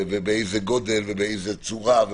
באיזה גודל ובאיזו צורה.